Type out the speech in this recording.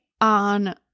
on